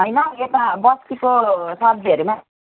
होइन हो यता बस्तीको सब्जीहरूमा